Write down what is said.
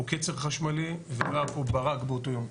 קצר חשמלי ולא היה פה ברק באותו יום.